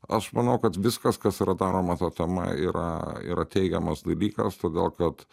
aš manau kad viskas kas yra daroma ta tema yra yra teigiamas dalykas todėl kad